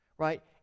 Right